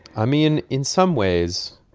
i mean, in some ways,